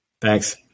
Thanks